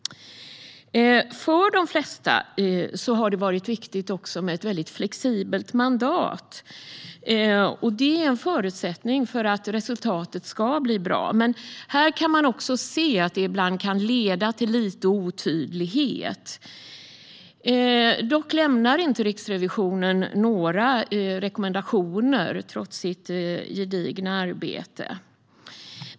För de flesta har det varit viktigt med ett flexibelt mandat. Det är en förutsättning för att resultatet ska bli bra. Men här kan man också se att det ibland kan leda till lite otydlighet. Riksrevisionen lämnar dock inte några rekommendationer, trots sitt gedigna arbete.